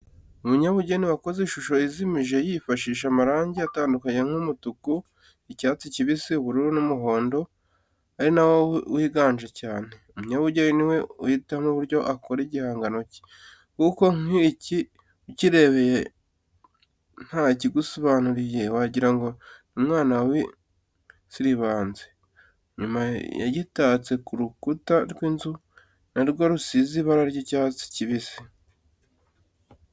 Umunyabugeni wakoze ishusho izimije yifashishije amarangi atandukanye nk’umutuku, icyatsi kibisi, ubururu n’umuhondo ari na wo wiganje cyane. Umunyabugeni ni we uhitamo uburyo akora igihangano cye, kuko nk’iki ukirebye ntakigusobanurire wagira ngo ni umwana wahasiribanze. Nyuma yagitatse ku rukuta rw’inzu na rwo rusize ibara ry’icyatsi kibisi.